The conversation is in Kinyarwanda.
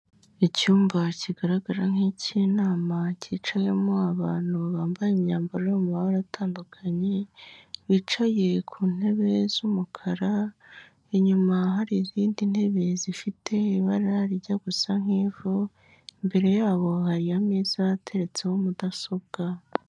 Icyumba kigaragara nk'icy'inama cyicayemo abantu bambaye imyambaro yo mu mabara atandukanye bicaye ku ntebe z'umukara, inyuma hari izindi ntebe zifite ibara rijya gusa nk'ivu imbere yabo hariyo ameza yateretseho mudasobwa.